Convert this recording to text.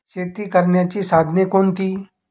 शेती करण्याची साधने कोणती?